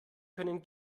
können